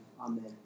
Amen